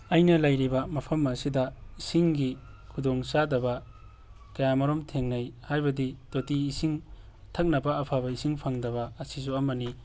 ꯑꯩꯅ ꯂꯩꯔꯤꯕ ꯃꯐꯝ ꯑꯁꯤꯗ ꯏꯁꯤꯡꯒꯤ ꯈꯨꯗꯣꯡ ꯆꯥꯗꯕ ꯀꯌꯥ ꯃꯔꯨꯝ ꯊꯦꯡꯅꯩ ꯍꯥꯏꯕꯗꯤ ꯇꯣꯇꯤ ꯏꯁꯤꯡ ꯊꯛꯅꯕ ꯑꯐꯕ ꯏꯁꯤꯡ ꯐꯪꯗꯕ ꯑꯁꯤꯁꯨ ꯑꯃꯅꯤ